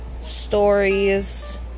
stories